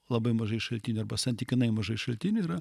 labai mažai šaltinių arba santykinai mažai šaltinių yra